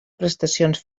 prestacions